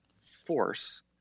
force